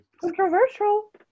Controversial